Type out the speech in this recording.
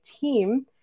team